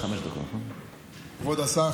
כבוד השר,